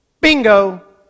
Bingo